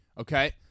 Okay